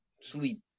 sleep